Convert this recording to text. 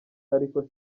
ariko